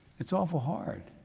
it's awful hard.